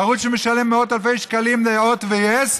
ערוץ שמשלם מאות אלפי שקלים להוט וליס.